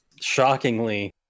shockingly